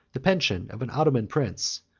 the pension of an ottoman prince,